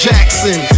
Jackson